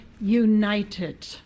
united